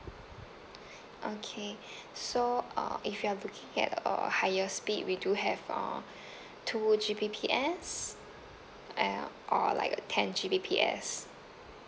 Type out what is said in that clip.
okay so uh if you are looking at uh higher speed we do have uh two G_B_P_S and or like a ten G_B_P_S